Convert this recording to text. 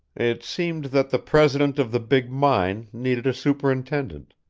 it seemed that the president of the big mine needed a superintendent,